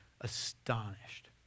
astonished